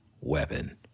weapon